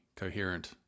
coherent